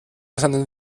seinen